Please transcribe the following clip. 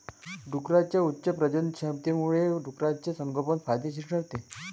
डुकरांच्या उच्च प्रजननक्षमतेमुळे डुकराचे संगोपन फायदेशीर ठरते